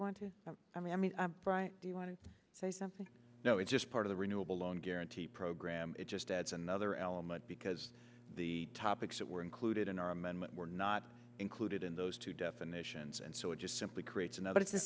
want to i mean right do you want to say something no it's just part of the renewable loan guarantee program it just adds another element because the topics that included in our amendment were not included in those two definitions and so it just simply creates another